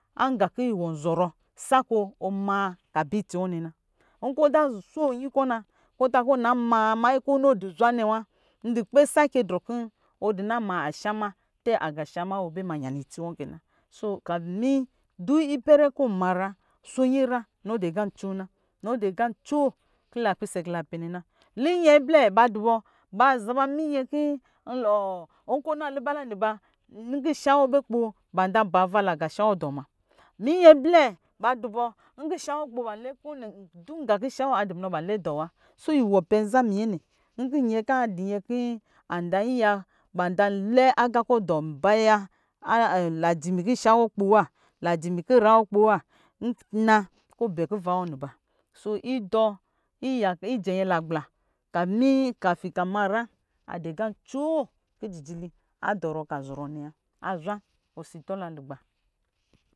Anqa kɔ iwɔn zɔrɔ sakɔ ɔm kɔ a bɛ itsi wɔ nɛ na nkɔ aza sho nyi kɔ na kɔ takɔ ɔna ma manyi kɔ adɔ zwa nɛ wa nkpɛ shce drɔ kɔ ɔdu na ma ashama tɛ ago shama wo bɛ ma jɛ itsi wɔ kɛ na so ni du ipɛrɛ kɔ ɔuma nyra sho nyi nyra nɔ dɔ aqa ncoo na nɔ du aqa ncoo kɔ lapisɛ kɔ la pɛ nɛ na linyɛ plɛ ba dubɔ ba zab mayɛ kɔ nkɔ ɔ na luba la nbi nkɔ she wɔ abɛ kpo ba za za ba ava laqa sha wɔ dɔ ɔ ma munyɛ ba dubɔ nkɔ shawɔ abɛ kpo dunga kɔ shawɔ adumu nɔ banlɛ dɔɔ wa wɔ pɛn za muyɛ nɛ, nkɔ yɛnkɔ anzalɛ aqa kɔ dɔ lajimi kɔ sho wɔ akpo wa lijimi kɔ nyra wɔ akpo wa na kɔ ɔbɛ kuva wɔ niba so idɔ ijɛnyɛ naqbla kafi kɔ ama nyra andɔ aqa ancoo kɔ adɔ rɔ kɔ jijil adɔrɔ lɔ azɔrɔ nɛ wa azwa osi tɔla lugba.